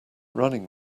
running